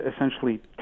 essentially